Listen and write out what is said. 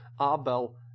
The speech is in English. Abel